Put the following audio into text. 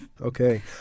Okay